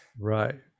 Right